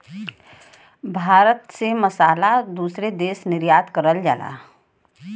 भारत से मसाला दूसरे देश निर्यात करल जाला